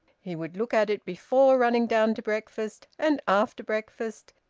he would look at it before running down to breakfast and after breakfast,